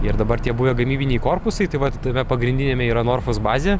ir dabar tie buvę gamybiniai korpusai tai vat tame pagrindiniame yra norfos bazė